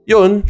Yun